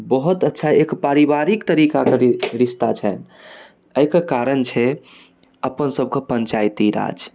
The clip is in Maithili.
बहुत अच्छा एक पारिवारिक तरीका कऽ रि रिश्ता छै अइक कारण छै अपन सबकऽ पञ्चायती